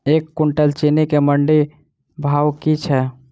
एक कुनटल चीनी केँ मंडी भाउ की छै?